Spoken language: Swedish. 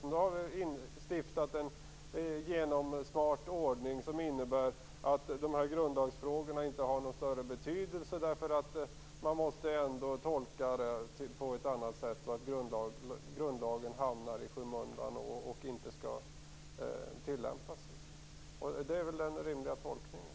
Men då har vi instiftat en genomsmart ordning som innebär att grundlagsfrågorna inte har någon större betydelse eftersom man ändå måste tolka det här på ett annat sätt, och grundlagen hamnar då i skymundan och skall inte tillämpas. Det är väl den rimliga tolkningen.